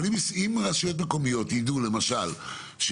אז אם רשויות מקומיות ידעו שיש